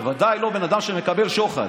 בוודאי לא בן אדם שמקבל שוחד.